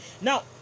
Now